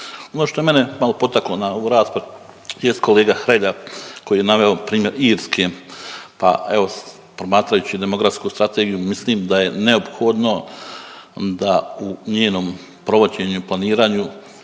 Ono što je mene malo potaklo na ovu raspravu jest kolega Hrelja koji je naveo primjer Irske pa evo, promatrajući demografsku strategiju, mislim da je neophodno da u njenom provođenju i planiranju